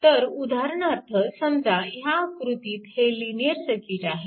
तर उदाहरणार्थ समजा ह्या आकृतीत हे लिनिअर सर्किट आहे